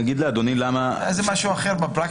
זה משהו אחר.